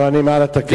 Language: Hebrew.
לא, אני מעל התקנון.